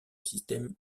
système